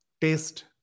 taste